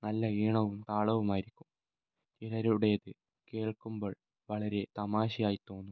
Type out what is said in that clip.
നല്ല ഈണവും താളവുമായിരിക്കും ചിലരുടേത് കേൾക്കുമ്പോൾ വളരെ തമാശയായി തോന്നും